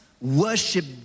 worship